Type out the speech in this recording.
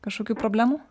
kažkokių problemų